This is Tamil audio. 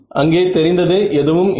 அங்கே தெரிந்தது எதுவும் இல்லை